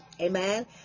Amen